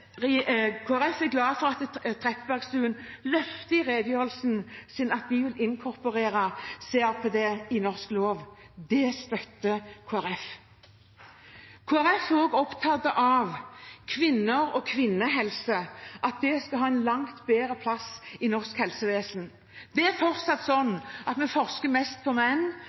er glad for at Trettebergstuen løfter i redegjørelsen at de vil inkorporere CRPD i norsk lov. Det støtter Kristelig Folkeparti. Kristelig Folkeparti er også opptatt av kvinner og kvinnehelse, at det skal ha en langt bedre plass i norsk helsevesen. Det er fortsatt sånn at vi forsker mest på menn,